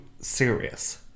serious